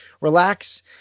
relax